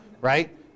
right